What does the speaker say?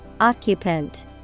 occupant